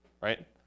right